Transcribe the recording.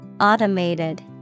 Automated